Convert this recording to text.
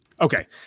okay